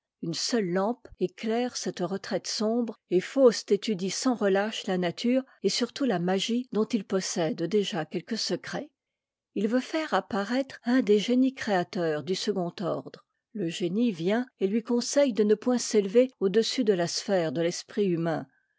une seule lampe éclaire cette retraite sombre et faust étudie sans relâche la nature et surtout la magie dont il possède déjà quelques secrets il veut faire apparaître un des génies créateurs du second ordre le génie vient et lui conseille de ne point s'élever au-dessus de la sphère de l'esprit humain